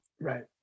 Right